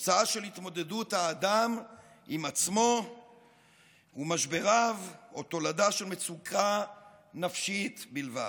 תוצאה של התמודדות האדם עם עצמו ומשבריו או תולדה של מצוקה נפשית בלבד.